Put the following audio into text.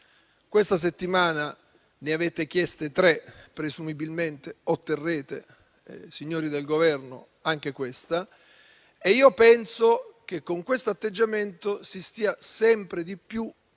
questa settimana ne avete chieste tre e presumibilmente, signori del Governo, otterrete anche questa. Io penso che con questo atteggiamento si stia sempre di più